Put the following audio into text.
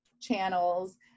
channels